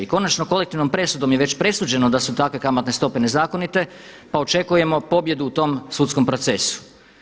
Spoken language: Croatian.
I konačno, kolektivnom presudom je već presuđeno da su takve kamatne stope nezakonite, pa očekujemo pobjedu u tom sudskom procesu.